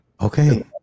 Okay